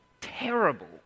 terrible